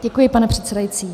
Děkuji, pane předsedající.